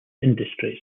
industries